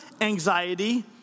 anxiety